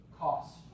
cost